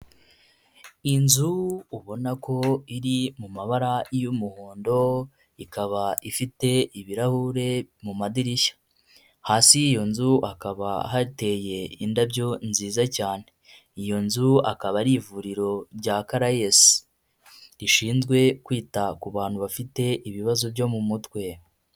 Inzu ubona ko iri mu mabara y'umuhondo, ikaba ifite ibirahure mu madirishya, hasi y'iyo nzu hakaba hateye indabyo nziza cyane, iyo nzu akaba ari ivuriro rya Caraes, rishinzwe kwita ku bantu bafite ibibazo byo mu mutwe.